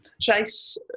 Chase